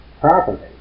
property